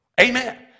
Amen